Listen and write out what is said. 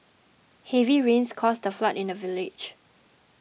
heavy rains caused a flood in the village